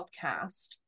podcast